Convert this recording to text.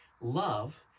Love